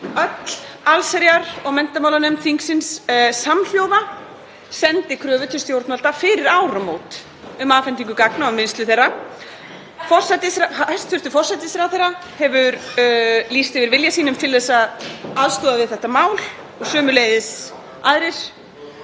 Öll allsherjar- og menntamálanefnd þingsins sendi samhljóða kröfu til stjórnvalda fyrir áramót um afhendingu gagna og vinnslu þeirra. Hæstv. forsætisráðherra hefur lýst yfir vilja sínum til að aðstoða við þetta mál og sömuleiðis aðrir.